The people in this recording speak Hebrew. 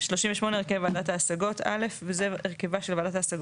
הרכב ועדת ההשגות 38. (א)וזה הרכבה של ועדת ההשגות: